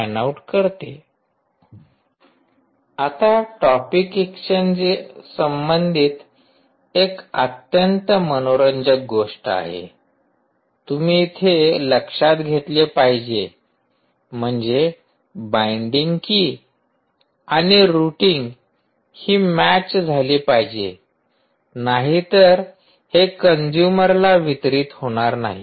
आता topic exchange संबंधित एक अत्यंत मनोरंजक गोष्ट आहे तुम्ही इथे लक्षात घेतले पाहिजे म्हणजे बाइंडिंग की आणि रुटींग ही मॅच झाली पाहिजे नाहीतर हे कंजूमरला वितरित होणार नाही